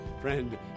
friend